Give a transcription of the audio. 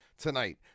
Tonight